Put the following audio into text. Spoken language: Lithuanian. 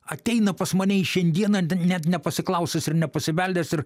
ateina pas mane į šiandieną net nepasiklausus ir nepasibeldęs ir